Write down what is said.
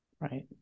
Right